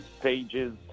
pages